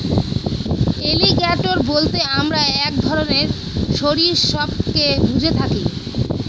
alligator বলতে আমরা এক ধরনের সরীসৃপকে বুঝে থাকি